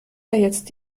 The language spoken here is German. jetzt